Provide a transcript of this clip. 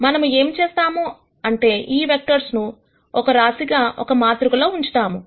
మనము ఏమి చేస్తాము అంటే ఈ వెక్టర్స్ ను రాశిగా ఒక మాతృకలో ఉంచుతాము